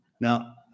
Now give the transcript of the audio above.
Now